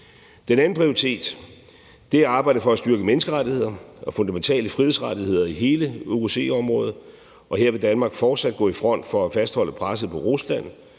Den anden prioritet er arbejdet for at styrke menneskerettigheder og fundamentale frihedsrettigheder i hele OSCE-området, og her vil Danmark fortsat gå i front for at fastholde presset på Rusland,